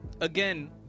Again